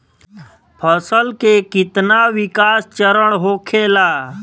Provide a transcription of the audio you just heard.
फसल के कितना विकास चरण होखेला?